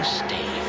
stay